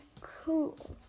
cool